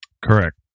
correct